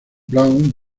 brown